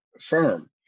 firm